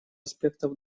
аспектов